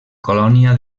colònia